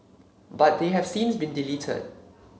but they have since been deleted